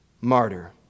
martyr